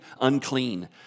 unclean